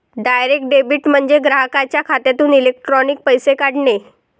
direct debit म्हणजे ग्राहकाच्या खात्यातून इलेक्ट्रॉनिक पैसे काढणे